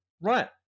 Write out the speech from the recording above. Right